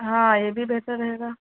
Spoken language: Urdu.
ہاں یہ بھی بہتر رہے گا